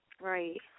Right